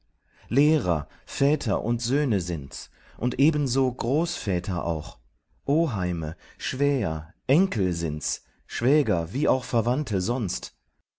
lehrer väter und söhne sind's und ebenso großväter auch oheime schwäher enkel sind's schwäger wie auch verwandte sonst